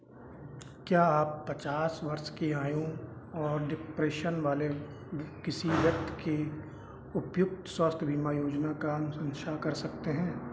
क्या आप पचास वर्ष की आयु और डिप्रेशन वाले किसी व्यक्ति कि उपयुक्त स्वास्थ्य बीमा योजना का अनुशंसा कर सकते हैं